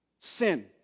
Sin